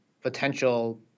potential